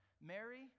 Mary